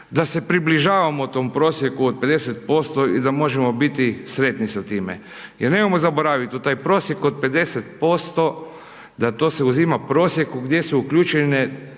da se približavamo tom prosjeku od 50% i da možemo biti sretni sa time, jer nemojmo zaboraviti u taj prosjek od 50%, da to se uzima prosjek gdje su uključene